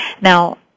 Now